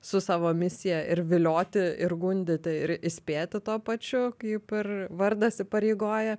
su savo misija ir vilioti ir gundyti ir įspėti tuo pačiu kaip ir vardas įpareigoja